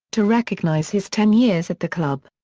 to recognise his ten years at the club.